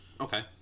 Okay